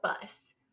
bus